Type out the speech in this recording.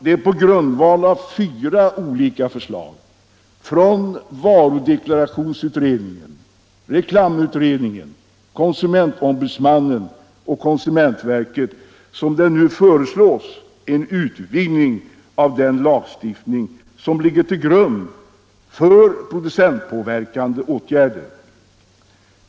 Det är på grundval av fyra olika förslag — från varudeklarationsutredningen, reklamutredningen, konsumentombudsmannen och konsumentverket — som det nu föreslås en utvidgning av den lagstiftning som ligger till grund för producentpåverkande åtgärder.